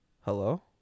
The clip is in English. Hello